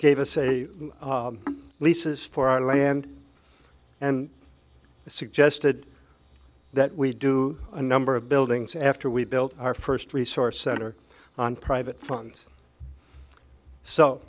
gave us a leases for our land and suggested that we do a number of buildings after we built our first resource center on private funds so